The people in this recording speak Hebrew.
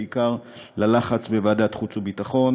בעיקר ללחץ בוועדת החוץ והביטחון.